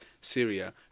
Syria